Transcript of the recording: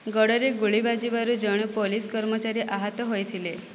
ଗୋଡ଼ରେ ଗୁଳି ବାଜିବାରୁ ଜଣେ ପୋଲିସ୍ କର୍ମଚାରୀ ଆହତ ହୋଇଥିଲେ